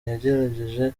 yagerageje